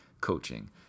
Coaching